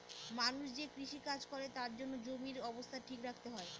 মানুষ যে কৃষি কাজ করে তার জন্য জমির অবস্থা ঠিক রাখতে হয়